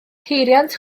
peiriant